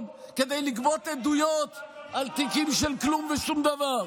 כדי לגבות עדויות על תיקים של כלום ושום דבר.